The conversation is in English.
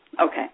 Okay